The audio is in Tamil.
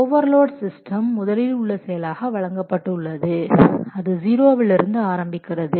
ஓவர்லோடு சிஸ்டம் முதலில் உள்ள செயலாக வழங்கப்பட்டு உள்ளது அது 0 வில் இருந்து ஆரம்பிக்கிறது